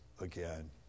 again